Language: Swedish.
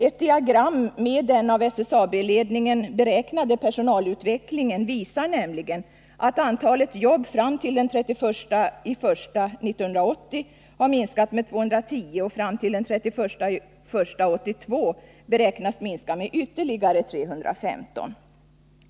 Ett diagram med den av SSAB-ledningen beräknade personalutvecklingen visar nämligen att antalet jobb fram till den 31 januari 1980 minskat med 210 och fram till den 31 januari 1982 beräknas minska med ytterligare 315.